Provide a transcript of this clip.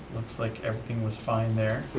looks like everything was fine there.